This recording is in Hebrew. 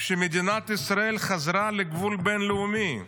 שמדינת ישראל חזרה לגבול בין-לאומי.